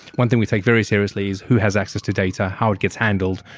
one thing we take very seriously is who has access to data, how it gets handled,